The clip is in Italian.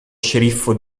sceriffo